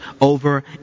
over